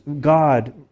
God